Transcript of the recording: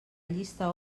llista